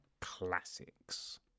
classics